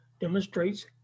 demonstrates